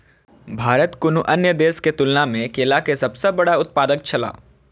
भारत कुनू अन्य देश के तुलना में केला के सब सॉ बड़ा उत्पादक छला